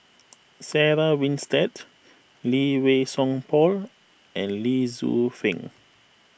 Sarah Winstedt Lee Wei Song Paul and Lee Tzu Pheng